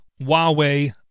Huawei